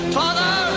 father